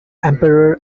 emperor